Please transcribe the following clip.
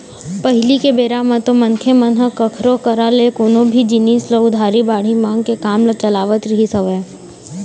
पहिली के बेरा म तो मनखे मन ह कखरो करा ले कोनो भी जिनिस ल उधारी बाड़ही मांग के काम ल चलावत रहिस हवय